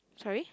sorry